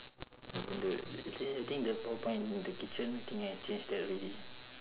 actually I think the power point in the kitchen think I changed that already